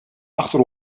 achter